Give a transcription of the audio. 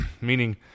meaning